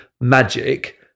magic